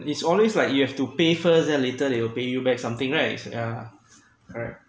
it's always like you have to pay first and later they will pay you back something right yeah correct